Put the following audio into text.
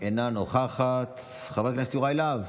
אינה נוכחת, חבר הכנסת יוראי להב,